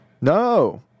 No